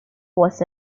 was